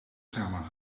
samen